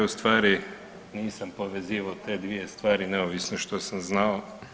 ustvari nisam povezivao te dvije stvari neovisno što sam znao.